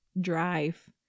drive